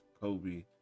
kobe